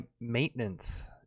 maintenance